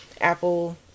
apple